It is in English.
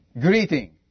greeting